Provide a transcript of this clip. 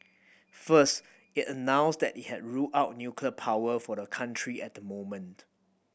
first it announced that it had ruled out nuclear power for the country at the moment